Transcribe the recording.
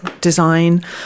design